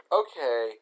okay